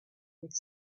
with